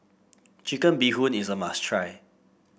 Chicken Bee Hoon is a must try